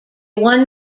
won